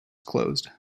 closed